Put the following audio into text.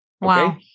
Wow